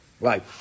Right